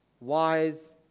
wise